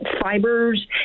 fibers